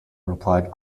replied